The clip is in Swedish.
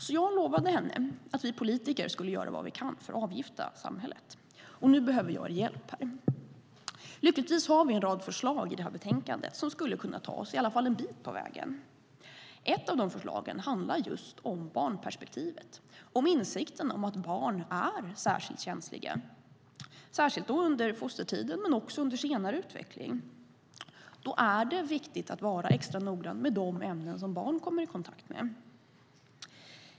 Därför lovade jag henne att vi politiker skulle göra vad vi kan för att avgifta samhället. Och nu behöver jag hjälp. Lyckligtvis har vi en rad förslag i det här betänkandet som skulle kunna ta oss i alla fall en bit på väg. Ett av de förslagen handlar just om barnperspektivet, om insikten att barn är särskilt känsliga, speciellt under fostertiden men också under senare utveckling. Då är det viktigt att vara extra noggrann med de ämnen som barn kommer i kontakt med.